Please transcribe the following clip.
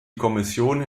kommission